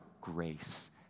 grace